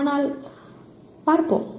ஆனால் பார்ப்போம்